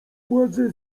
władzę